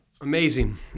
amazing